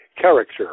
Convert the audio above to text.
character